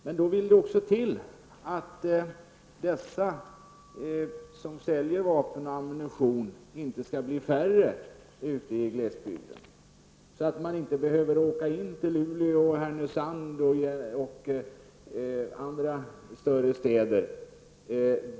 Men då vill det också till att de som säljer vapen och ammunition inte skall bli färre ute i glesbygden så att man behöver åka in till Luleå eller Härnösand eller andra större städer.